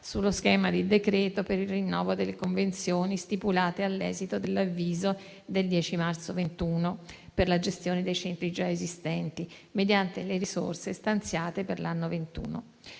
sullo schema di decreto per il rinnovo delle convenzioni stipulate all'esito dell'avviso del 10 marzo 2021 per la gestione dei centri già esistenti, mediante le risorse stanziate per l'anno 2021.